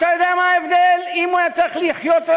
אתה יודע מה ההבדל אם הוא היה צריך לחיות רק